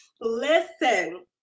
Listen